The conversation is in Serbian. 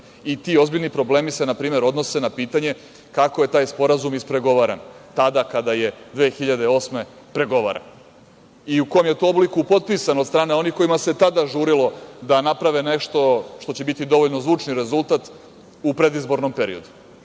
I ti ozbiljni problemi se odnose na pitanje kako je taj Sporazum ispregovaran, tada kada je 2008. godine pregovaran i u kom je to obliku potpisan od strane onih kojima se tada žurilo da naprave nešto što će biti dovoljno zvučni rezultat u predizbornom periodu,